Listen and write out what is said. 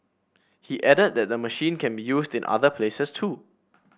he added that the machine can be used in other places too